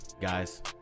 Guys